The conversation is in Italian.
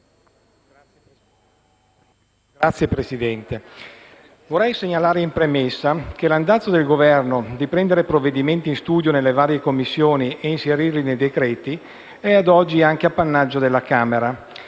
Signora Presidente, vorrei segnalare in premessa che l'andazzo del Governo di prendere provvedimenti in studio nelle varie Commissioni ed inserirli nei decreti è, ad oggi, anche appannaggio della Camera.